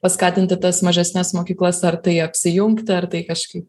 paskatinti tas mažesnes mokyklas ar tai apsijungti ar tai kažkaip